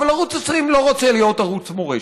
אבל ערוץ 20 לא רוצה להיות ערוץ מורשת,